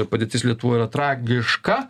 padėtis lietuvoj yra tragiška